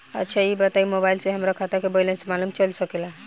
अच्छा ई बताईं और मोबाइल से हमार खाता के बइलेंस मालूम चल सकेला?